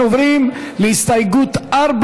אנחנו עוברים להסתייגות 4,